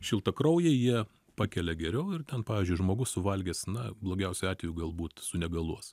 šiltakraujai jie pakelia geriau ir ten pavyzdžiui žmogus suvalgęs na blogiausiu atveju galbūt sunegaluos